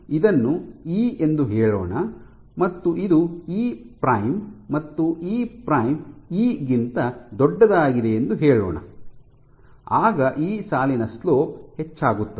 ಇದನ್ನು ಇ ಎಂದು ಹೇಳೋಣ ಮತ್ತು ಇದು ಇ ಪ್ರೈಮ್ ಮತ್ತು ಇ ಪ್ರೈಮ್ ಇ ಗಿಂತ ದೊಡ್ಡದಾಗಿದೆ ಎಂದು ಹೇಳೋಣ ಆಗ ಈ ಸಾಲಿನ ಸ್ಲೋಪ್ ಹೆಚ್ಚಾಗುತ್ತದೆ